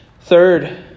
Third